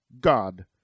God